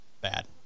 bad